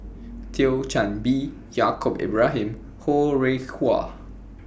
Thio Chan Bee Yaacob Ibrahim Ho Rih Hwa